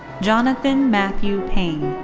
jonathan matthew payne.